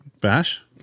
bash